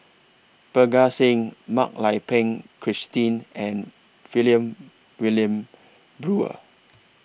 Parga Singh Mak Lai Peng Christine and Brewer